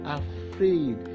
afraid